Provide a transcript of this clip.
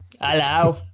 Hello